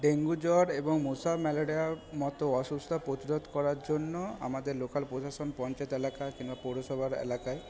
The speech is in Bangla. ডেঙ্গু জ্বর এবং মশা ম্যালেরিয়ার মতো অসুস্থতা প্রতিরোধ করার জন্য আমাদের লোকাল প্রশাসন পঞ্চায়েত এলাকা কিংবা পৌরসভার এলাকায়